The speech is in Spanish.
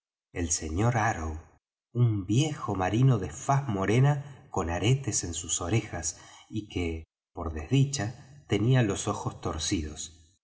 el piloto sr arrow un viejo marino de faz morena con arracadas en sus orejas y que por desdicha tenía los ojos torcidos